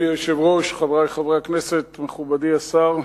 אדוני היושב-ראש, חברי חברי הכנסת, מכובדי השר,